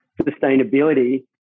sustainability